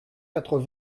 quatre